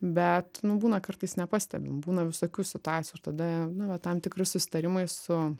bet nu būna kartais nepastebim būna visokių situacijų ir tada nu va tam tikri susitarimai su